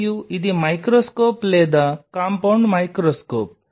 మరియు ఇది మైక్రోస్కోప్ లేదా కాంపౌండ్ మైక్రోస్కోప్